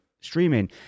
streaming